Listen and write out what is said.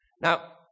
Now